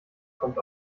kommt